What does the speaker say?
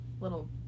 little